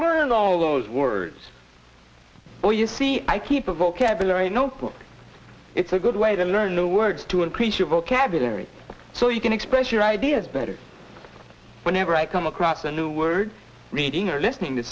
learn and all those words or you see i keep a vocabulary notebook it's a good way to learn new words to increase your vocabulary so you can express your ideas better whenever i come across a new word reading or listening to